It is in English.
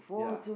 ya